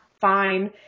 fine